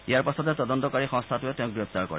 ইয়াৰ পাছতে তদন্তকাৰী সংস্থাটোৰে তেওঁক গ্ৰেপ্তাৰ কৰে